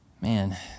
Man